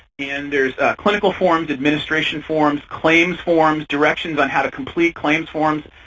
and there's clinical forms, administration forms, claims forms, directions on how to complete claims forms,